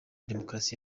demukarasi